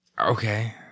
Okay